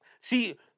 See